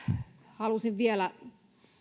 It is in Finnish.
halusin vielä